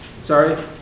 sorry